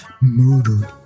murdered